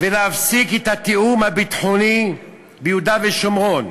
ולהפסיק את התיאום הביטחוני ביהודה ושומרון,